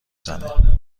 زنه